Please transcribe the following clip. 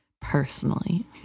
personally